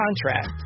contract